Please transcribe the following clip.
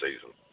season